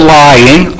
lying